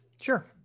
Sure